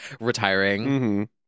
Retiring